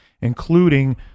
including